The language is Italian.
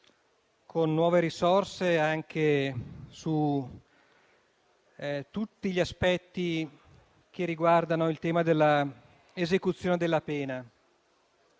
con nuove risorse su tutti gli aspetti che riguardano il tema della esecuzione della pena.